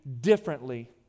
differently